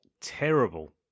terrible